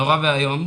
נורא ואיום,